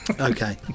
Okay